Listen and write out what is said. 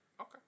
Okay